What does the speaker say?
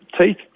teeth